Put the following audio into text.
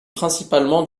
principalement